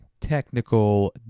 technical